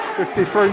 53